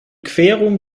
querung